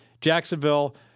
Jacksonville